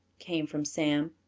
came from sam.